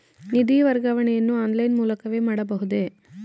ನಿಧಿ ವರ್ಗಾವಣೆಯನ್ನು ಆನ್ಲೈನ್ ಮೂಲಕವೇ ಮಾಡಬಹುದೇ?